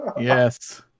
Yes